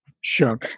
sure